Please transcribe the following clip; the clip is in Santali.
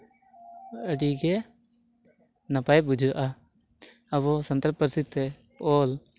ᱟᱹᱰᱤᱜᱮ ᱱᱟᱯᱟᱭ ᱵᱩᱡᱷᱟᱹᱜᱼᱟ ᱟᱵᱚ ᱥᱟᱱᱛᱟᱲ ᱯᱟᱹᱨᱥᱤᱛᱮ ᱚᱞ